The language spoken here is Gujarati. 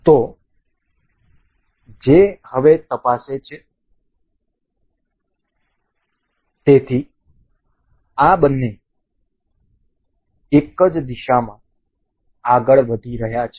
તેથી જે હવે તપાસે છે તેથી આ બંને એક જ દિશામાં આગળ વધી રહ્યા છે